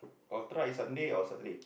ultra is Sunday or Saturday